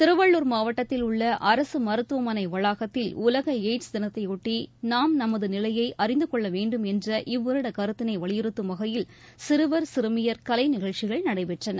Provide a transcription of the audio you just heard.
திருவள்ளூர் மாவட்டத்தில் உள்ள அரசு மருத்துவமனை வளாகத்தில் உலக எயிட்ஸ் தினத்தையொட்டி நாம் நமது நிலையை அறிந்து கொள்ள வேண்டும் என்ற இவ்வருட கருத்தினை வலியுறுத்தும் வகையில் சிறுவர் சிறுமியர் கலைநிகழ்ச்சிகள் நடைபெற்றன